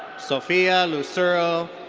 sofia lucero